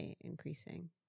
increasing